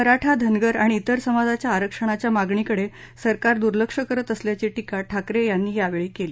मराठा धनगर आणि इतर समाजाच्या आरक्षणाच्या मागणीकडे सरकार दुर्लक्ष करत असल्याची टीका ठाकरे यांनी यावेळी केली